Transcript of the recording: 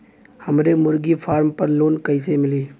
हमरे मुर्गी फार्म पर लोन कइसे मिली?